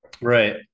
right